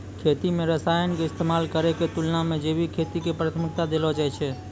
खेती मे रसायन के इस्तेमाल करै के तुलना मे जैविक खेती के प्राथमिकता देलो जाय छै